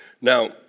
Now